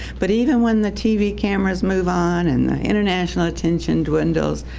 but even when the tv cameras move on and international attention dwindles,